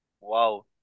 Wow